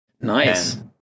Nice